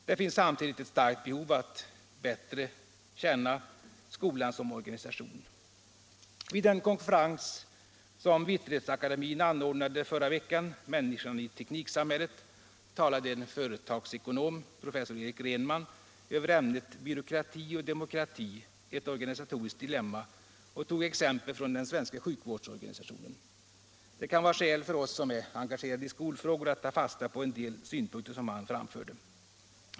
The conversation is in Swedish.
Det finns samtidigt ett starkt behov av att bättre lära känna skolan som organisation. Vid den konferens som Vitterhetsakademien anordnade förra veckan — Människan i tekniksamhället — talade en företagsekonom, professor Eric Rhenman, över ämnet ”Byråkrati och demokrati — ett organisatoriskt dilemma” och tog exempel från den svenska sjukvårdsorganisationen. Det kan vara skäl för oss som är engagerade i skolfrågor att ta fasta på en del synpunkter som han framförde.